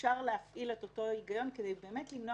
אפשר להפעיל את אותו היגיון כדי באמת למנוע